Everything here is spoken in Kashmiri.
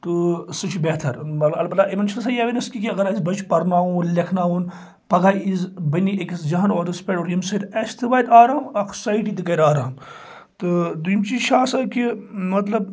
تہٕ سو چھُ بہتر مطلب اَلبتہِ یِمن چھُنہٕ آسان یہِ ایٚویرنٮ۪س کیٚنٛہہ کہ اگر أسۍ بَچہِ پرناوُن لیکھناوُن پَگہ بَنہِ أکِس جان عُہدس پٮ۪ٹھ اور ییٚمہ سۭتۍ اسہِ تہِ واتہِ آرام اکھ سوسایٹی تہِ کر آرام تہٕ دۄیم چیٖز چھُ آسان کہِ مطلب